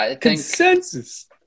consensus